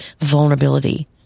vulnerability